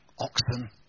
oxen